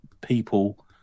people –